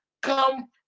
come